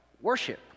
worship